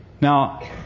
Now